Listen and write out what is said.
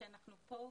שאנחנו כאן,